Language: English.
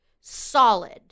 solid